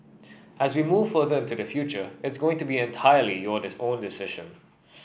as we move further into the future it's going to be entirely your is own decision